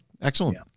Excellent